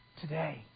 today